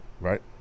Right